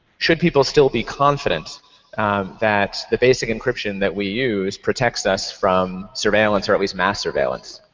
should people still be confident that the basic encryption that we user protects us from surveillance or at least mass surveillance?